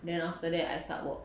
then after that I start work